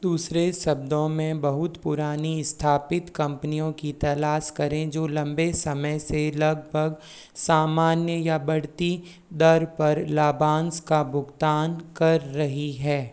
दूसरे शब्दों में बहुत पुरानी स्थापित कंपनियों की तलास करें जो लंबे समय से लगभग सामान्य या बढ़ती दर पर लाभांस का भुगतान कर रही है